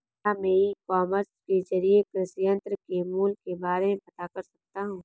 क्या मैं e-commerce के ज़रिए कृषि यंत्र के मूल्य के बारे में पता कर सकता हूँ?